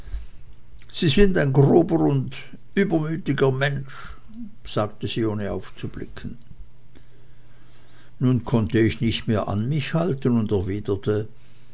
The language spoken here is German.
sie sind ein grober und übermütiger mensch sagte sie ohne aufzublicken nun konnte ich nicht mehr an mich halten und erwiderte